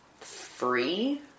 free